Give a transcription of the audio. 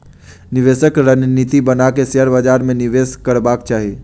निवेशक रणनीति बना के शेयर बाजार में निवेश करबाक चाही